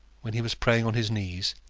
when he was praying on his knees,